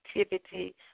activity